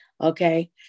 Okay